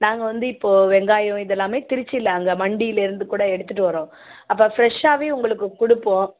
நாங்கள் வந்து இப்போ வெங்காயம் இதெல்லாமே திருச்சியில அங்கே மண்டிலருந்து கூட எடுத்துகிட்டு வரோம் அப்போ ஃப்ரெஷ்ஷாகவே உங்களுக்கு கொடுப்போம்